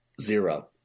Zero